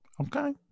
Okay